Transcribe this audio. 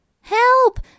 Help